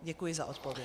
Děkuji za odpověď.